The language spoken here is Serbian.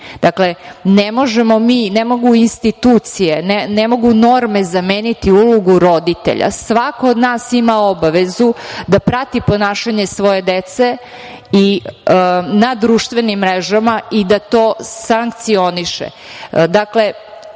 Dakle, ne možemo mi, ne mogu institucije, ne mogu norme, zameniti ulogu roditelja. Svako od nas ima obavezu da prati ponašanje svoje dece na društvenim mrežama i da to sankcioniše. Dakle,